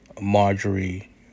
Marjorie